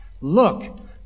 Look